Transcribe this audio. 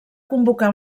convocar